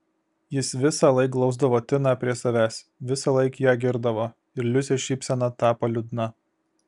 jis visąlaik glausdavo tiną prie savęs visąlaik ją girdavo ir liusės šypsena tapo liūdna